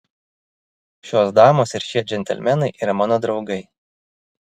šios damos ir šie džentelmenai yra mano draugai